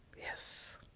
Yes